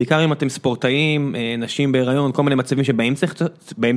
בעיקר אם אתם ספורטאים, נשים בהיריון, כל מיני מצבים שבהם